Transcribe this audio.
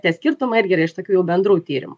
tie skirtumai irgi iš tokių jau bendrų tyrimų